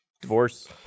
Divorce